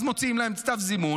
ואז מוציאים להם צו זימון.